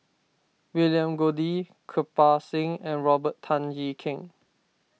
William Goode Kirpal Singh and Robert Tan Jee Keng